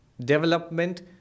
development